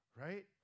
right